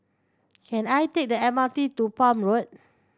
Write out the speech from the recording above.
can I take the M R T to Palm Road